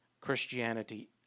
Christianity